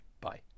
Bye